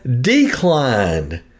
declined